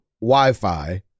wi-fi